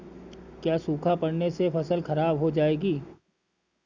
क्या सूखा पड़ने से फसल खराब हो जाएगी?